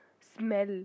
smell